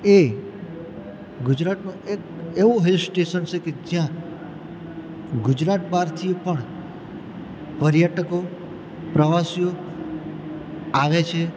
એ ગુજરાતનું એક એવું હિલ સ્ટેશન છે કે જ્યાં ગુજરાત બહારથી પણ પર્યટકો પ્રવાસીઓ આવે છે